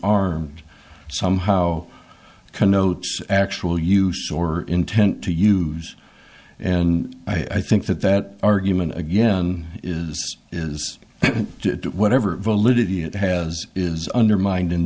armed somehow connotes actual use or intent to use and i think that that argument again is is whatever validity it has is undermined in